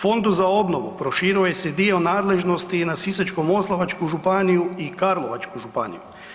Fondu za obnovu proširuje se dio nadležnosti i na Sisačko-moslavačku županiju i karlovačku županiju.